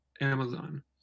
Amazon